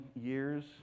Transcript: years